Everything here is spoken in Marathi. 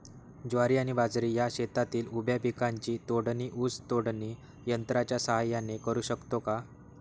ज्वारी आणि बाजरी या शेतातील उभ्या पिकांची तोडणी ऊस तोडणी यंत्राच्या सहाय्याने करु शकतो का?